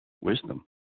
wisdom